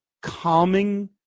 calming